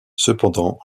cependant